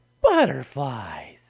Butterflies